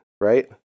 right